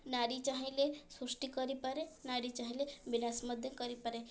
ନାରୀ ଚାହିଁଲେ ସୃଷ୍ଟି କରିପାରେ ନାରୀ ଚାହିଁଲେ ବିନାଶ ମଧ୍ୟ କରିପାରେ